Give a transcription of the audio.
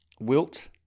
wilt